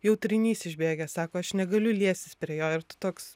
jau trinys išbėgęs sako aš negaliu liestis prie jo ir tu toks